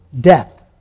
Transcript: death